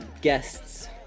guests